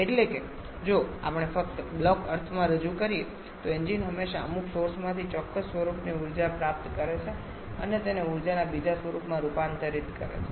એટલે કે જો આપણે ફક્ત બ્લોક અર્થમાં રજૂ કરીએ તો એન્જિન હંમેશા અમુક સોર્સમાંથી ચોક્કસ સ્વરૂપની ઉર્જા પ્રાપ્ત કરે છે અને તેને ઊર્જાના બીજા સ્વરૂપમાં રૂપાંતરિત કરે છે